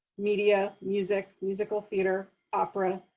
media, music, musical theater, opera,